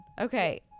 Okay